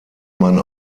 man